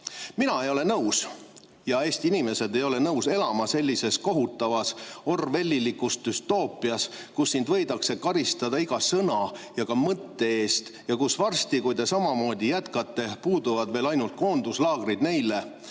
Mina ei ole nõus ja Eesti inimesed ei ole nõus elama sellises kohutavas orwellilikus düstoopias, kus sind võidakse karistada iga sõna ja ka mõtte eest ning kus varsti, kui te samamoodi jätkate, puuduvad veel ainult koonduslaagrid neile,